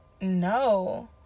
no